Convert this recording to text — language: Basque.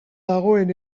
dagoen